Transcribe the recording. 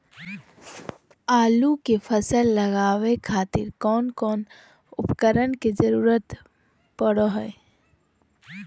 आलू के फसल लगावे खातिर कौन कौन उपकरण के जरूरत पढ़ो हाय?